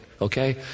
okay